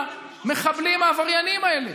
המחבלים העבריינים האלה.